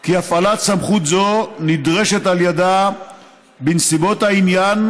כי הפעלת סמכות זו נדרשת על ידה בנסיבות העניין